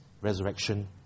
resurrection